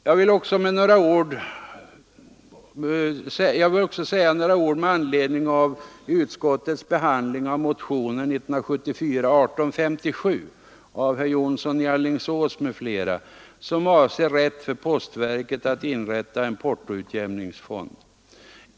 Jag vill också säga några ord med anledning av utskottets behandling av motionen 1857 av herr Jonsson i Alingsås m.fl. som avser rätt för postverket att inrätta en portoutjämningsfond.